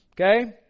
Okay